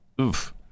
Oof